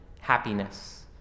happiness